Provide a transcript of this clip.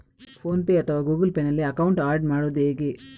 Phone pay ಅಥವಾ Google Pay ನಲ್ಲಿ account add ಮಾಡುವುದು ಹೇಗೆ?